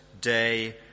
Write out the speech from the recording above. day